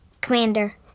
Commander